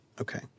Okay